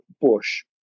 bush